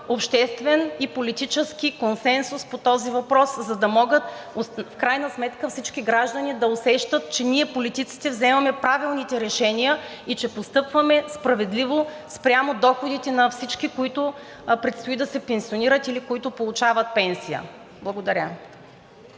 обществен и политически консенсус по този въпрос, за да могат в крайна сметка всички граждани да усещат, че ние политиците вземаме правилните решения и постъпваме справедливо спрямо доходите на всички, които предстои да се пенсионират или които получават пенсия. Благодаря.